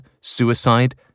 suicide